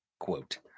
quote